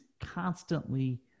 constantly